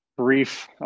Brief